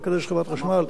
רק כדי שחברת חשמל,